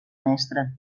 mestra